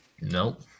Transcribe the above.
Nope